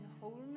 wholeness